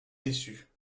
déçue